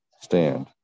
Stand